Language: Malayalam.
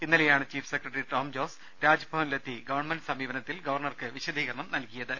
ഇന്നലെയാണ് ചീഫ് സെക്രട്ടറി ടോംജോസ് രാജ്ഭ വനിലെത്തി ഗവൺമെന്റ് സമീപനത്തിൽ ഗവർണർക്ക് വിശദീകരണം നൽകിയത്